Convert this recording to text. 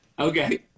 Okay